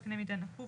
בקנה מידה נקוב,